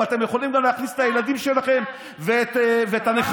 אם אתם יכולים גם להכניס את הילדים שלכם ואת הנכדים,